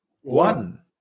One